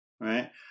right